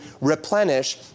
replenish